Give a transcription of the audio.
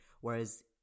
Whereas